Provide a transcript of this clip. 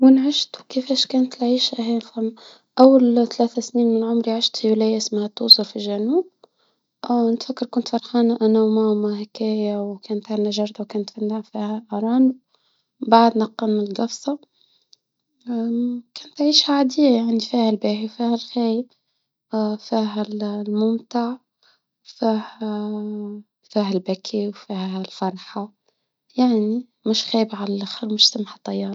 وان عشت كيفاش كانت العيشة ،أول ثلاثة سنين من عمري عشت بولاية إسمها توصى في الجنوب، نتفكر كنت فرحانة أنا وماما هكايا، وكانت عندنا جردة، وكانت فنايه فيها أرانب ، بعدنا كنا نجفصهم، كانت عيشة عادية يعني عندي فيها الباهي وفيها الخايب فيها الممتع، وفيها فيها البكي، وفيها الفرحة، يعني مش خايبة على الآخر، مش سمحة طيارة.